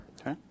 okay